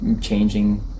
changing